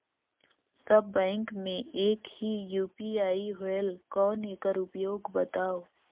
सब bank मे एक ही यू.पी.आई होएल कौन एकर उपयोग बताव?